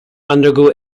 undergo